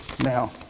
Now